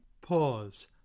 Pause